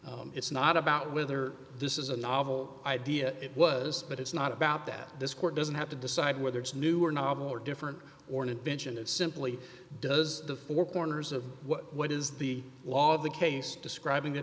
them it's not about whether this is a novel idea it was but it's not about that this court doesn't have to decide whether it's new or novel or different or an invention it simply does the four corners of what is the law of the case describing